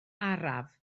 araf